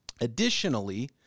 Additionally